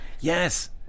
Yes